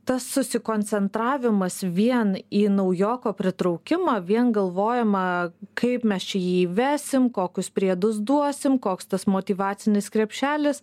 tas susikoncentravimas vien į naujoko pritraukimą vien galvojama kaip mes čia jį įvesim kokius priedus duosim koks tas motyvacinis krepšelis